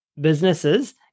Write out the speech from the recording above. businesses